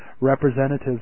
representatives